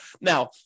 Now